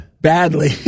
badly